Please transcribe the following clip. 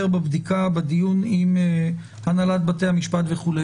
בבדיקה בדיון עם הנהלת בתי המשפט וכו'.